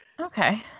okay